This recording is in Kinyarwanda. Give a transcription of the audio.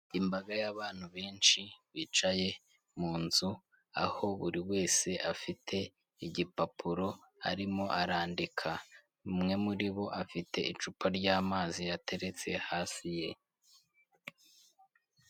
Imbaga y'abantu benshi bicaye mu nzu, aho buri wese afite igipapuro arimo arandika, umwe muri bo afite icupa ry'amazi yateretse hasi ye.